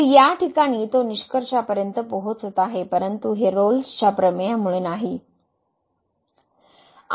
तर या प्रकरणात तो निष्कर्षापर्यंत पोहोचत आहे परंतु हे रोल्सच्या प्रमेयमुळेRolle's Theorem नाही